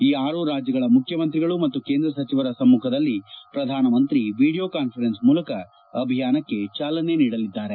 ಈ ಆರೂ ರಾಜ್ಯಗಳ ಮುಖ್ಯಮಂತ್ರಿಗಳು ಮತ್ತು ಕೇಂದ್ರ ಸಚಿವರ ಸಮ್ಮುಖದಲ್ಲಿ ಪ್ರಧಾನಮಂತ್ರಿ ವಿಡಿಯೋ ಕಾನ್ವರೆನ್ಸ್ ಮೂಲಕ ಅಭಿಯಾನಕ್ಕೆ ಚಾಲನೆ ನೀಡಲಿದ್ದಾರೆ